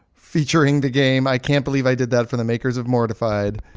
featuring the game i can't believe i did that from the makers of mortified,